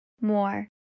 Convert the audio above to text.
more